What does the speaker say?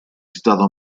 stato